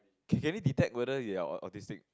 can he detect whether you're autistic